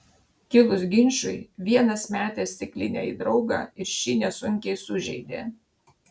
kilus ginčui vienas metė stiklinę į draugą ir šį nesunkiai sužeidė